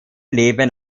leben